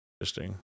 Interesting